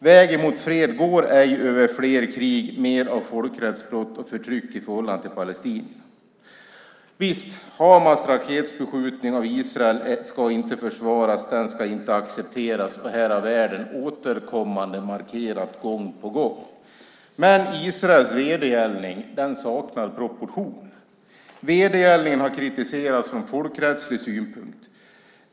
Vägen mot fred går ej över fler krig, mer av folkrättsbrott och förtryck i förhållande till palestinierna. Hamas raketbeskjutning av Israel ska inte försvaras och inte accepteras. Det har världen återkommande markerat gång på gång. Men Israels vedergällning saknar proportioner. Vedergällningen har kritiserats från folkrättslig synpunkt.